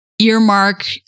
earmark